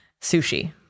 Sushi